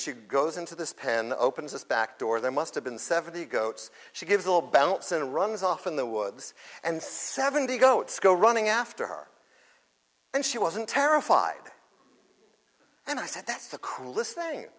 she goes into this pen opens this back door there must have been seventy goats she gives all ballots in runs off in the woods and seventy goats go running after her and she wasn't terrified and i said that's the cruelest thing